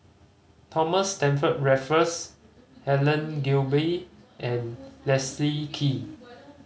Thomas Stamford Raffles Helen Gilbey and Leslie Kee